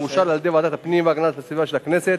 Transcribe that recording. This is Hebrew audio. המאושר על-ידי ועדת הפנים והגנת הסביבה של הכנסת,